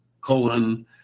colon